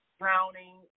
drowning